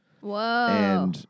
Whoa